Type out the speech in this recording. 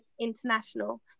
international